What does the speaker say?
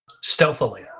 Stealthily